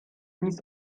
nic